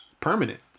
permanent